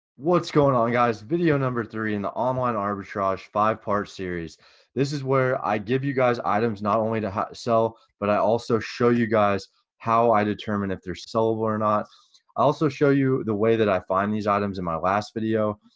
what's going on, guys video number three in the online arbitrage five part series this is where i give you guys items not only to sell, but i show you guys how i determine if they're sellable or not. i also show you the way that i find these items in my last video,